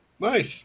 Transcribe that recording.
nice